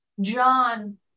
John